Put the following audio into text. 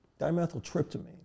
Dimethyltryptamine